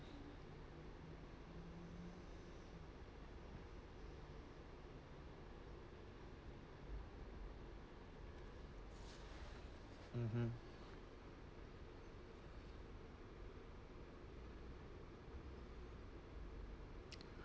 mmhmm